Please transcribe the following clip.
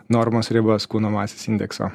normos ribas kūno masės indekso